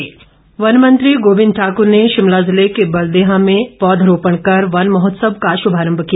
one Mahotsav वन मंत्री गोबिंद ठाकूर ने शिमला जिले के बलदेया में पौध रोपण कर वन महोत्सव का शुभारंभ किया